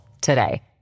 today